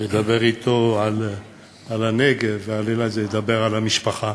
שלדבר אתו על הנגב ועל אילת זה לדבר על המשפחה.